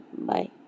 Bye